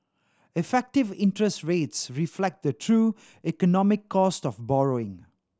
effective interest rates reflect the true economic cost of borrowing